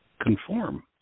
Conform